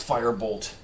Firebolt